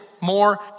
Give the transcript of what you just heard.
More